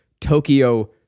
Tokyo-